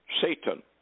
Satan